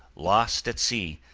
lost at sea,